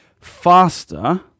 faster